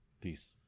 peace